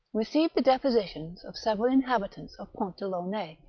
received the depositions of several inhabitants of pont-de-launay,